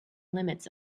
limits